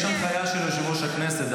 יש הנחיה של יושב-ראש הכנסת,